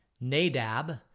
Nadab